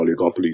oligopolies